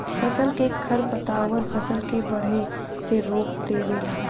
फसल क खरपतवार फसल के बढ़े से रोक देवेला